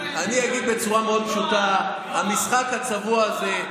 אגיד בצורה מאוד פשוטה: המשחק הצבוע הזה,